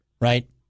right